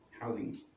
housing